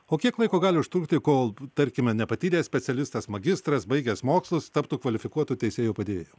o kiek laiko gali užtrukti kol tarkime nepatyręs specialistas magistras baigęs mokslus taptų kvalifikuotu teisėjo padėjėju